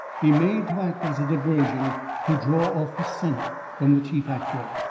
be made to act as a diversion to draw off the scent from the chief actor,